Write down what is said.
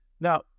Now